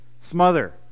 smother